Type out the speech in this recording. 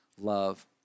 love